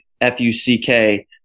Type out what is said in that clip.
F-U-C-K